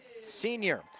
senior